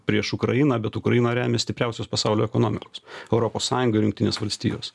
prieš ukrainą bet ukrainą remia stipriausios pasaulio ekonomikos europos sąjunga ir jungtinės valstijos